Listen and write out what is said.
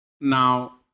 Now